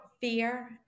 fear